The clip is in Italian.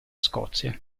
scozia